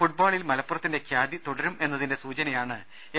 ഫുട്ബോളിൽ മലപ്പുറത്തിന്റെ ഖ്യാതി തുടരുമെ ന്നതിന്റെ സൂചനയാണ് എം